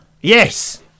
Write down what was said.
yes